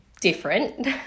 different